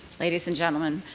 ladies and gentlemen,